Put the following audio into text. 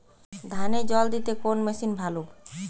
ধানে জল দিতে কোন মেশিন ভালো?